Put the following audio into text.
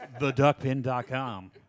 theduckpin.com